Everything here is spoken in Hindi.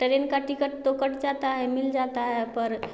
टरेन का टिकट तो कट जाता है मिल जाता है पर